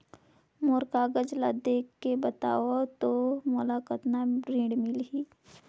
मोर कागज ला देखके बताव तो मोला कतना ऋण मिलही?